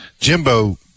Jimbo